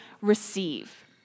receive